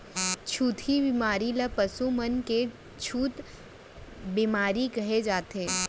छुतही बेमारी ल पसु मन के छूत बेमारी कहे जाथे